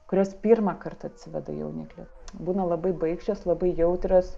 kurios pirmą kartą atsiveda jauniklį būna labai baikščios labai jautrios